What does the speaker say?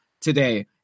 today